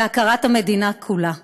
והכרת המדינה כולה.